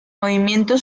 movimiento